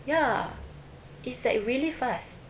ya it's like really fast